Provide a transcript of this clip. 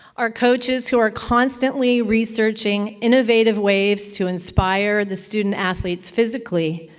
our coaches, who are constantly researching innovative ways to inspire the student athletes physically,